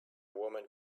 woman